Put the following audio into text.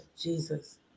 Jesus